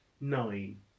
Nine